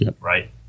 right